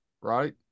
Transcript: Right